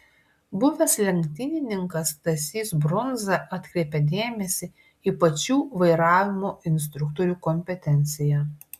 buvęs lenktynininkas stasys brundza atkreipia dėmesį į pačių vairavimo instruktorių kompetenciją